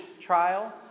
trial